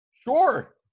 Sure